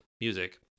music